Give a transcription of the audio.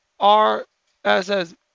RSS